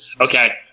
Okay